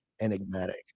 Enigmatic